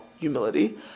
humility